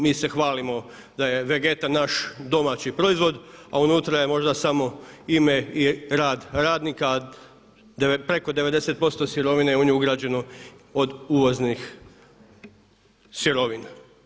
Mi se hvalimo da je Vegeta naš domaći proizvod a unutra je možda samo ime i rad radnika a preko 90% sirovine je u nju ugrađeno od uvoznih sirovina.